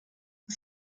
was